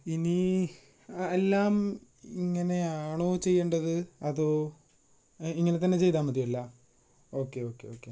ഇനി എല്ലാം ഇങ്ങനെയാണോ ചെയ്യേണ്ടത് അതോ ഇങ്ങനെത്തന്നെ ചെയ്താൽ മതിയല്ലോ ഓക്കെ ഓക്കെ ഓക്കെ